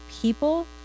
people